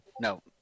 no